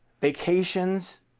vacations